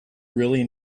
really